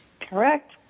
Correct